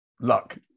luck